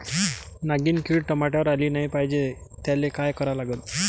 नागिन किड टमाट्यावर आली नाही पाहिजे त्याले काय करा लागन?